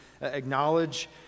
acknowledge